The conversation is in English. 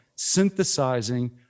synthesizing